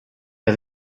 der